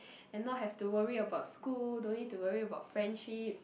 and not have to worry about school no need to worry about friendships